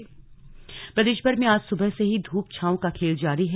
slug मौसम प्रदेशभर में आज सुबह से ही धूप छांव का खेल जारी है